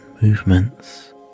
movements